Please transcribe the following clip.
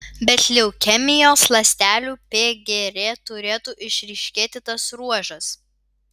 bet leukemijos ląstelių pgr turėtų išryškėti tas ruožas